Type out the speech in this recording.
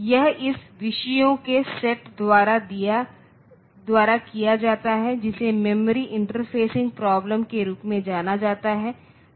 यह इस विषयों के सेट द्वारा किया जाता है जिसे मेमोरी इंटरफेसिंग प्रॉब्लम के रूप में जाना जाता है